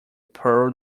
pearl